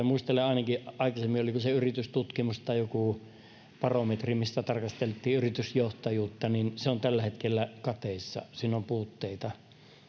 muistelen ainakin niin että oliko se yritystutkimus tai joku barometri missä tarkasteltiin yritysjohtajuutta yritysjohtajuus on tällä hetkellä kateissa siinä on puutteita